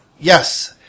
Yes